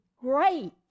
great